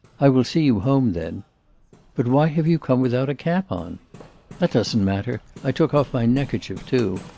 i will see you home then but why have you come without a cap on that doesn't matter. i took off my neckerchief too.